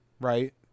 right